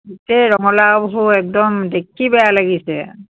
গোটেই ৰঙালাউবোৰ একদম দেখি বেয়া লাগিছে